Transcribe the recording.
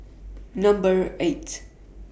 Number eight